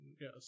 yes